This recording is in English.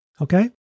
okay